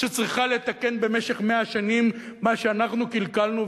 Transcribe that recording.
שצריכה לתקן במשך 100 שנים מה שאנחנו קלקלנו.